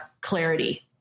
clarity